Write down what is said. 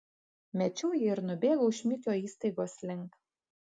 mečiau jį ir nubėgau šmikio įstaigos link